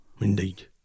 Indeed